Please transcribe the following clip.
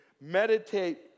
meditate